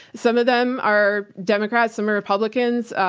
some of them are democrats, some are republicans,